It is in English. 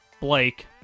Blake